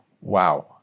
Wow